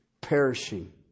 perishing